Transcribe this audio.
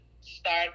start